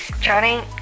Johnny